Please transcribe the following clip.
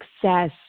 success